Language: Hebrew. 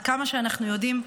עד כמה שאנחנו יודעים.